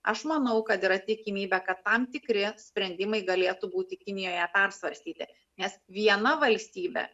aš manau kad yra tikimybė kad tam tikri sprendimai galėtų būti kinijoje persvarstyti nes viena valstybė